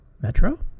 Metro